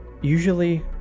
usually